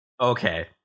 Okay